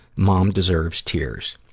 mom deserves tears.